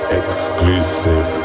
exclusive